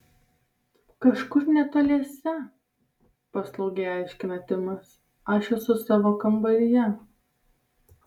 kažkur netoliese paslaugiai aiškina timas aš esu savo kambaryje